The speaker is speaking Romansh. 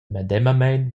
medemamein